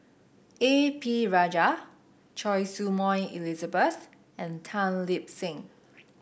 A P Rajah Choy Su Moi Elizabeth and Tan Lip Seng